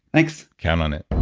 thanks count on it